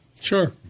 Sure